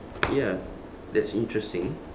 ya that's interesting